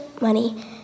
money